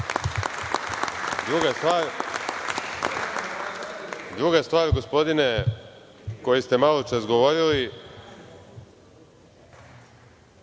stvar, gospodine koji ste maločas govorili,